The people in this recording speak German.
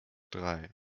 drei